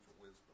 wisdom